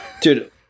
Dude